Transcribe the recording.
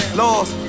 lost